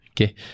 okay